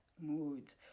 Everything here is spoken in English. mood